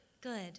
Good